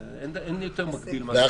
אין יותר מגביל מאשר --- תקשיבי,